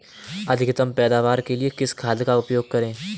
अधिकतम पैदावार के लिए किस खाद का उपयोग करें?